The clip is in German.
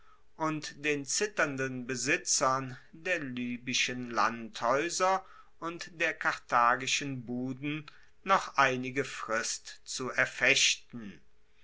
und den zitternden besitzern der libyschen landhaeuser und der karthagischen buden noch einige frist zu erfechten